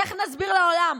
איך נסביר לעולם?